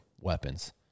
weapons